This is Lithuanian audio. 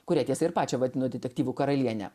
kurią tiesa ir pačią vadino detektyvų karaliene